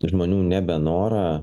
žmonių nebenorą